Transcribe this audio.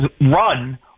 run